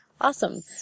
awesome